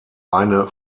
eine